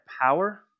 power